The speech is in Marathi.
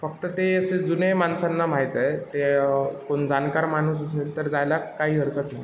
फक्त ते असे जुने माणसांना माहीत आहे ते कोण जाणकार माणूस असेल तर जायला काही हरकत नाही